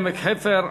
עמק חפר,